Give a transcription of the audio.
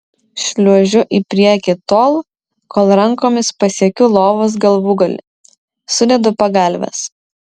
šliuožiu į priekį tol kol rankomis pasiekiu lovos galvūgalį sudedu pagalves